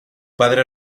padre